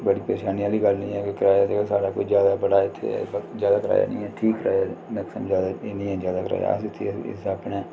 बड़ी परेशानी आह्ली गल्ल नि ऐ के कराया देओ साढ़ा कोई ज्यादा बड़ा इत्थें ज्यादा कराया नि ऐ ठीक कराया ऐ मैक्सीमम ज्यादा नि ऐ ज्यादा कराया अस इत्थें असें अपने